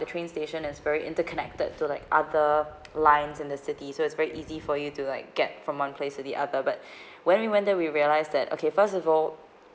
the train station is very interconnected to like other lines in the city so it's very easy for you to like get from one place to the other but when we went there we realised that okay first of all